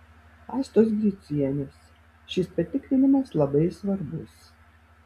astos gricienės šis patikrinimas labai svarbus